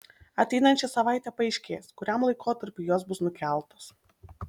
ateinančią savaitę paaiškės kuriam laikotarpiui jos bus nukeltos